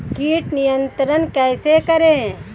कीट नियंत्रण कैसे करें?